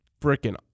freaking